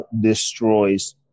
destroys